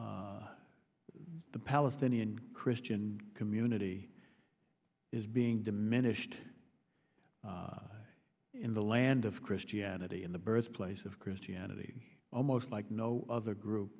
the palestinian christian community is being diminished in the land of christianity in the birthplace of christianity almost like no other group